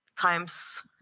times